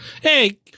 Hey